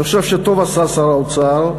אני חושב שטוב עשה שר האוצר.